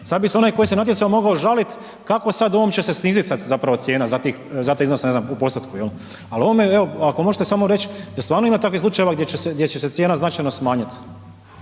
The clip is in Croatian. sad bi se onaj tko se natjecao mogao žalit kako je sad ovom će se snizit sad zapravo cijena za tih, za taj iznos ne znam u postotku jel, al ovome evo ako možete samo reć jer stvarno ima takvih slučajeva gdje će se, gdje će se cijena značajno smanjit,